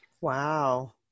Wow